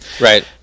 Right